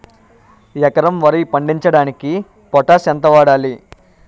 ఎకరం వరి పండించటానికి పొటాష్ ఎంత వాడాలి?